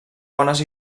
bones